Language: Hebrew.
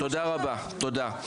אוקיי תודה רבה, תודה.